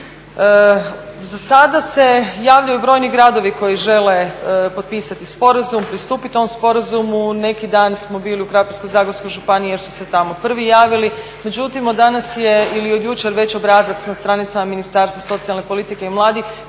Zasada se javljaju brojni gradovi koji žele potpisati sporazum, pristupiti tom sporazumu. Neki dan smo bili u Krapinsko-zagorskoj županiji jer su se tamo prvi javili, međutim od danas je ili od jučer već obrazac na stranicama Ministarstva socijalne politike i mladih